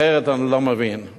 אחרת אני לא מבין.